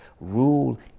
rule